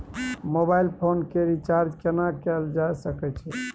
Mobile phone के recharge केना कैल जा सकै छै?